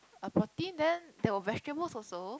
a protein then there was vegetables also